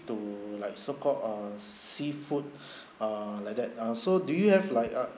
to like so called err seafood err like that uh so do you have like uh